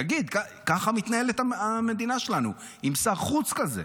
תגיד, ככה מתנהלת המדינה שלנו, עם שר חוץ כזה.